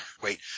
wait